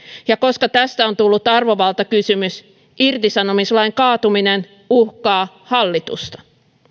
ja koska tästä on tullut arvovaltakysymys irtisanomislain kaatuminen uhkaa hallitusta